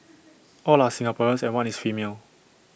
all are Singaporeans and one is female